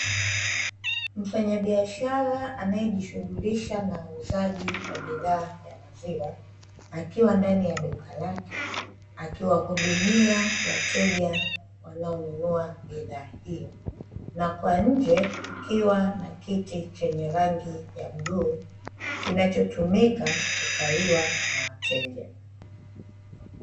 Mfanyabiashara anayejishughulisha na uuzaji wa bidhaa ya maziwa akiwa ndani ya duka lake akiwahudumia wateja wanaonunua bidhaa hiyo na kwa nje kukiwa na kiti chenye rangi ya bluu kinachotumika kukaliwa na wateja.